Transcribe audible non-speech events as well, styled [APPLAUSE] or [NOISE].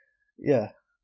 [BREATH] ya